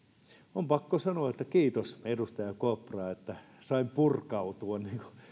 on pakko sanoa että kiitos edustaja kopra että sain purkautua